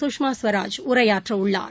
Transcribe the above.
சுஷ்மா ஸ்வராஜ் உரையாற்ற உள்ளார்